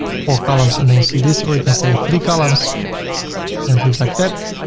four columns, and they see this, or you can say three columns and it looks like that.